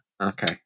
okay